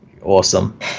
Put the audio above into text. Awesome